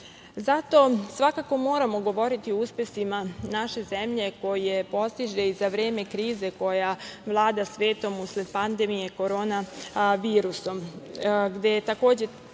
Zato svakako moramo govoriti o uspesima naše zemlje koje postiže i za vreme krize koja vlada svetom usled pandemije korona virusom,